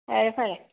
ꯐꯔꯦ ꯐꯔꯦ